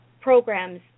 programs